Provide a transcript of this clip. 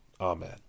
Amen